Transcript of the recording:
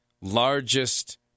Largest